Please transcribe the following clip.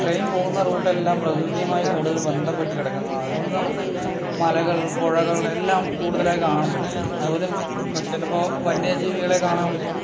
train പോകുന്ന റൂട്ടെല്ലാം പ്രകൃതിയുമായി കൂടുതൽ ബന്ധപ്പെട്ടു കിടക്കുന്നു അതുകൊണ്ട് നമുക്ക് മലകൾ പുഴകൾ എല്ലാം കൂടുതലായി കാണാൻ പറ്റും അതുപോലെ ചിലപ്പോൾ വന്യ ജീവികളെ കാണാൻ പറ്റും